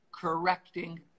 correcting